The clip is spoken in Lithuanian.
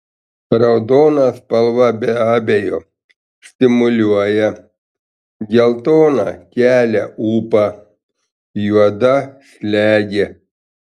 raudona spalva be abejo stimuliuoja geltona kelia ūpą juoda slegia